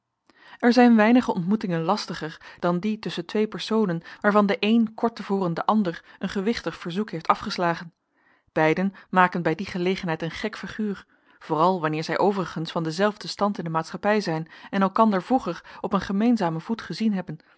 er zijn weinige ontmoetingen lastiger dan die tusschen twee personen waarvan de een kort te voren den anderen een gewichtig verzoek heeft afgeslagen beiden maken bij die gelegenheid een gek figuur vooral wanneer zij overigens van denzelfden stand in de maatschappij zijn en elkander vroeger op een gemeenzamen voet gezien hebben